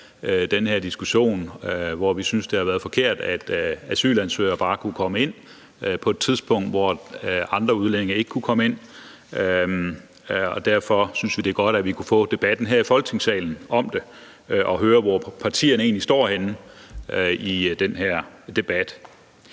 den her diskussion, da vi synes, det har været forkert, at asylansøgere bare kunne komme ind på et tidspunkt, hvor andre udlændinge ikke kunne komme ind. Derfor synes vi, det er godt, at vi kan få debatten om det her i Folketingssalen og høre, hvor partierne egentlig står henne i den her debat.